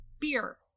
beer